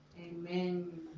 Amen